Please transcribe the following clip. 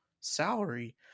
salary